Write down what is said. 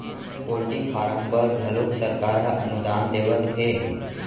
poultry farm बर घलोक सरकार ह अनुदान देवत हे